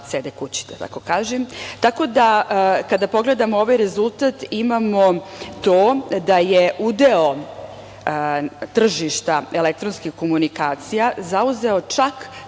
kući, da tako kažem. Tako da, kada pogledamo ovaj rezultat, imamo to da je udeo tržišta elektronskih komunikacija zauzeo čak